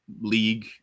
league